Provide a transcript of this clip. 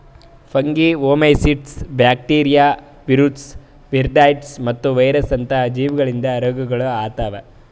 fungi, oomycetes, bacteria, viruses, viroids ಮತ್ತ virus ಅಂತ ಜೀವಿಗೊಳಿಂದ್ ರೋಗಗೊಳ್ ಆತವ್